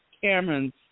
Cameron's